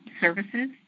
services